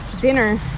dinner